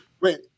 Wait